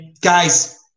guys